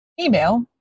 email